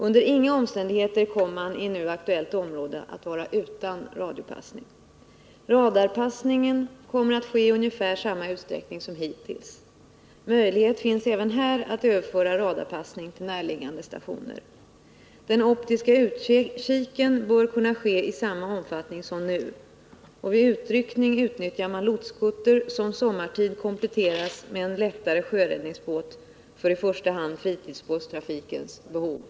Under inga omständigheter kommer man i nu aktuellt område att vara utan radiopassning. Radarpassningen kommer att ske i ungefär samma utsträckning som hittills. Möjlighet finns även här att överföra passningen till närliggande stationer. Den optiska utkiken bör kunna ske i samma omfattning som nu. Vid utryckning utnyttjar man lotskutter, som sommartid kompletteras med lättare sjöräddningsbåt för i första hand fritidsbåtstrafikens behov.